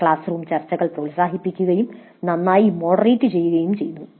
class room ചർച്ചകൾ പ്രോത്സാഹിപ്പിക്കുകയും നന്നായി മോഡറേറ്റ് ചെയ്യുകയും ചെയ്തു